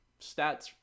stats